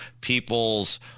people's